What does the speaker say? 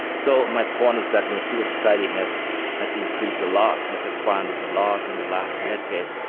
so my point is that you know civil society has has increased a lot, has expanded a lot in the last decade.